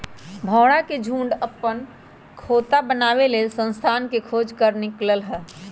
भौरा के झुण्ड अप्पन खोता बनाबे लेल स्थान के खोज पर निकलल हइ